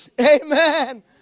Amen